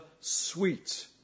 sweet